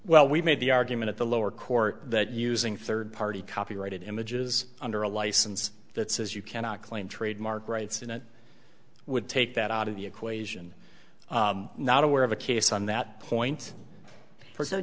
well we've made the argument at the lower court that using third party copyrighted images under a license that says you cannot claim trademark rights in it would take that out of the equation not aware of a case on that point for so